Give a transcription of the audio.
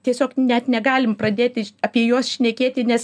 tiesiog net negalim pradėti apie juos šnekėti nes